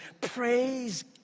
praise